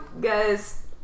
guys